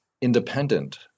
independent